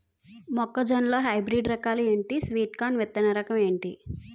మొక్క జొన్న లో హైబ్రిడ్ రకాలు ఎంటి? స్వీట్ కార్న్ విత్తన రకం ఏంటి?